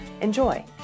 Enjoy